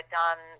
done